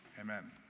amen